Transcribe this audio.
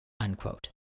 unquote